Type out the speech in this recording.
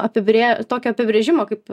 apibrė tokio apibrėžimo kaip